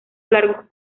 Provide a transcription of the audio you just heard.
largos